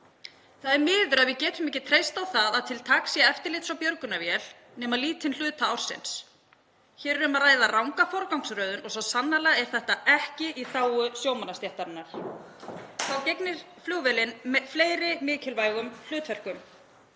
Það er miður að við getum ekki treyst á það að til taks sé eftirlits- og björgunarvél nema lítinn hluta ársins. Hér er um að ræða ranga forgangsröðun og svo sannarlega er þetta ekki í þágu sjómannastéttarinnar. Þá gegnir flugvélin fleiri mikilvægum hlutverkum.